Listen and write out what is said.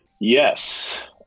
yes